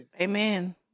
Amen